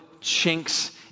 chinks